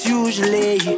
usually